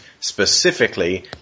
specifically